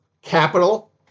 Capital